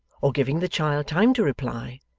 or giving the child time to reply,